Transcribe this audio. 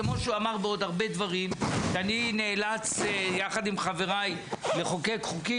כמו שהוא אמר בעוד הרבה דברים שאני נאלץ יחד עם חבריי לחוקק חוקים